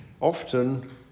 often